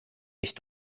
mich